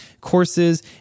courses